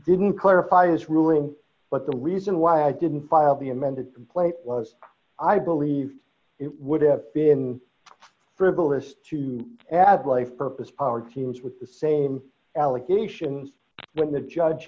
didn't clarify his rule but the reason why i didn't file the amended complaint was i believe it would have been frivolous to add life purpose power teams with the same allegations when the judge